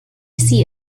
seat